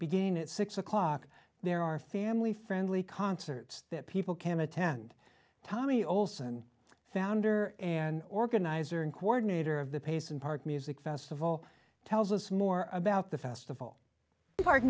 beginning at six o'clock there are family friendly concerts that people can attend tommy olson founder and organizer and coordinator of the payson park music festival tells us more about the festival